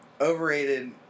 overrated